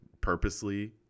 purposely